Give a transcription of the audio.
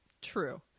True